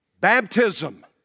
Baptism